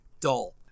dull